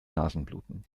nasenbluten